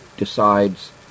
decides